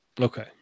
Okay